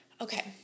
Okay